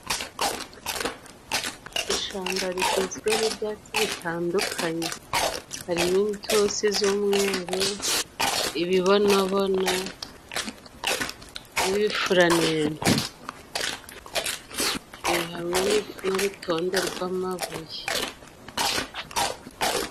Ishamba rigizwe n'ibyatsi bitandukanye harimo: intusi z'umweru, ibibonabona, n'ibifuranende biri hamwe n'urutonde rw'amabuye.